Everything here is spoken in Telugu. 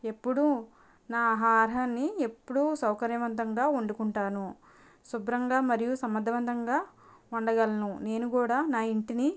ఎప్పుడూ నా ఆహారాన్ని ఎప్పుడూ సౌకర్యవంతంగా వండుకుంటాను శుభ్రంగా మరియు సమర్థవంతంగా ఉండగలను నేను కూడా నా ఇంటిని